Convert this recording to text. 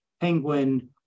penguin